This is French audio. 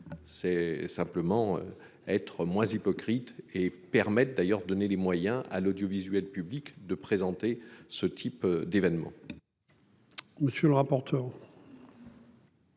c'est simplement être moins hypocrite et permettent d'ailleurs donner les moyens à l'audiovisuel public de présenter ce type d'événement. Monsieur le rapporteur.